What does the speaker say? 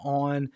on